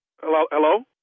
Hello